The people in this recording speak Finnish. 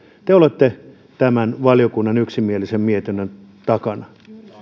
te olette tämän valiokunnan yksimielisen mietinnön takana